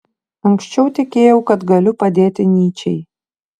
anksčiau tikėjau kad galiu padėti nyčei